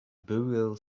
burial